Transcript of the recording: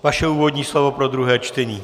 Vaše úvodní slovo pro druhé čtení.